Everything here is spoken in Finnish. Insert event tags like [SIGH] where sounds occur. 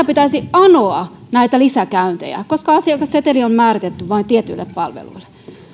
[UNINTELLIGIBLE] pitäisi aina anoa näitä lisäkäyntejä koska asiakasseteli on määritetty vain tietyille palveluille